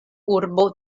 urbo